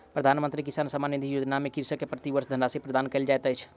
प्रधानमंत्री किसान सम्मान निधि योजना में कृषक के प्रति वर्ष धनराशि प्रदान कयल जाइत अछि